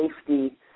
safety